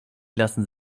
lassen